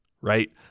right